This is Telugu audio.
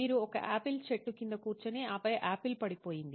మీరు ఒక ఆపిల్ చెట్టు కింద కూర్చుని ఆపై ఆపిల్ పడిపోయింది